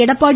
Edappadi